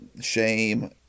shame